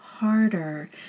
harder